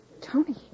Tony